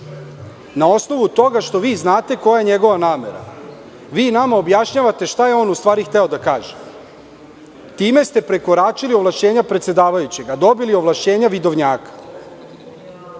osnovu toga što vi znate koja je njegova namera, vi nama objašnjavate šta je on u stvari hteo da kaže time ste prekoračili ovlašćenja predsedavajućeg, a dobili ovlašćenja vidovnjaka. Dakle,